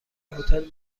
هتل